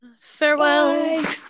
Farewell